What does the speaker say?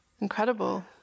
incredible